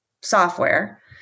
software